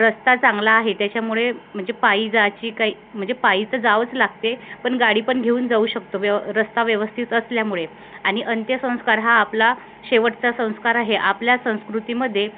रस्ता चांगला आहे त्याच्यामुळे म्हणजे पायी जायची काही म्हणजे पायीचं जावंच लागते पण गाडी पण घेऊन जाऊ शकतो व्यव रस्ता व्यवस्थित असल्यामुळे आणि अंत्यसंस्कार हा आपला शेवटचा संस्कार आहे आपल्या संस्कृतीमध्ये